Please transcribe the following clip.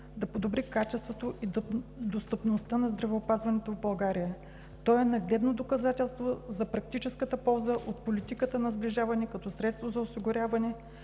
да подобри качеството и достъпността на здравеопазването в България. Той е нагледно доказателство за практическата полза от политиката на сближаване като средство за осигуряване